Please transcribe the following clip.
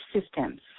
systems